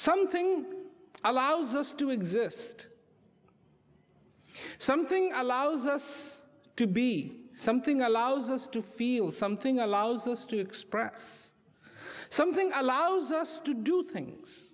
something allows us to exist something allows us to be something allows us to feel something allows us to express something allows us to do things